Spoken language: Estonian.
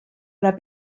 ole